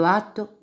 atto